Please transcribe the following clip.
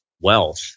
wealth